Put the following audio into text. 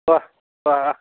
তই আহ তই আহ